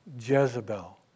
Jezebel